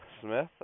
Smith